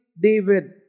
David